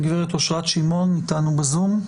הגברת אושרת שמעון איתנו בזום?